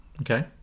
Okay